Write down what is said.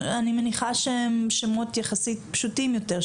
אני מניחה שהם שמות יחסית פשוטים יותר,